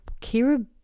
Kira